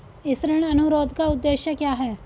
इस ऋण अनुरोध का उद्देश्य क्या है?